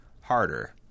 harder